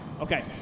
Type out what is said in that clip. Okay